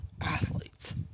athletes